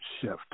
shift